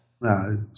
No